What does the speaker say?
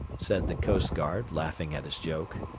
said the coast-guard, laughing at his joke.